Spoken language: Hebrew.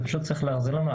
ופשוט צריך להחזיר לנו.